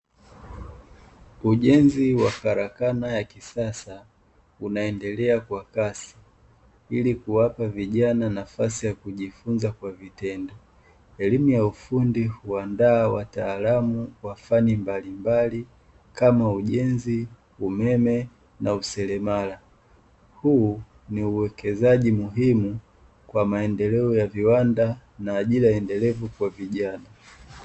Ujenzi wa karakana ya kisasa unaendelea kwa kasi, ili kuwapa vijana nafasi ya kujifunza kwa vitendo. Elimu ya ufundi huandaa wataalamu wa fani mbalimbali kama ujenzi, umeme, na useremala, huu ni uwekezaji muhimu kwa maendeleo ya viwanda na ajira endelevu kwa vijana.